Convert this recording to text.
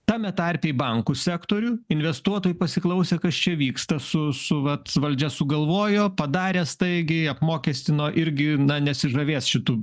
tame tarpe į bankų sektorių investuotojai pasiklausė kas čia vyksta su su vat valdžia sugalvojo padarė staigiai apmokestino irgi na nesižavės šitu